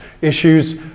issues